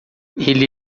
ele